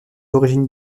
d’origine